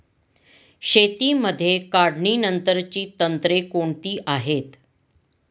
शेतीमध्ये काढणीनंतरची तंत्रे कोणती आहेत?